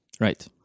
Right